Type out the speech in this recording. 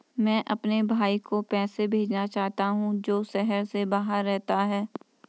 मैं अपने भाई को पैसे भेजना चाहता हूँ जो शहर से बाहर रहता है